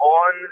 on